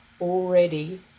already